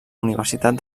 universitat